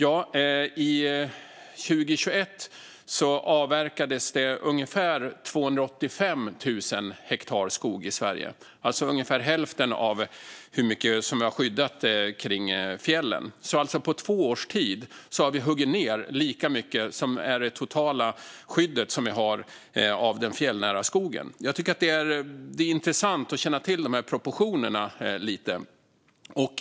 2021 avverkades ungefär 285 000 hektar skog i Sverige, alltså omkring hälften av hur mycket som vi har skyddat kring fjällen. På två års tid har vi huggit ned lika mycket som det totala skyddet vi har av den fjällnära skogen. Jag tycker att det är intressant att känna till proportionerna lite grann.